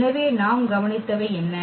எனவே நாம் கவனித்தவை என்ன